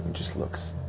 just looks,